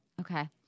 Okay